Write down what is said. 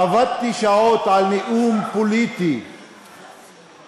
עבדתי שעות על נאום פוליטי למהדרין.